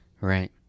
Right